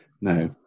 no